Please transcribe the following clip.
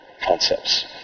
concepts